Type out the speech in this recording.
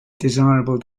desirable